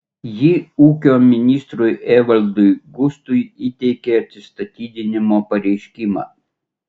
ji ūkio ministrui evaldui gustui įteikė atsistatydinimo pareiškimą